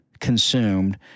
consumed